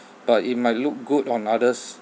but it might look good on others